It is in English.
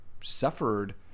suffered